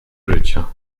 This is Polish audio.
życia